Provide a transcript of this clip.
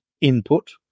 input